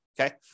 Okay